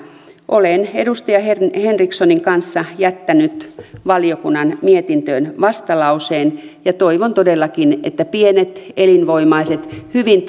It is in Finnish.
olen edustaja henrikssonin kanssa jättänyt valiokunnan mietintöön vastalauseen ja toivon todellakin että pienet elinvoimaiset hyvin